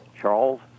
Charles